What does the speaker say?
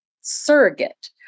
surrogate